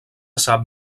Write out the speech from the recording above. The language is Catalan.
sap